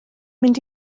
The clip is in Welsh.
mynd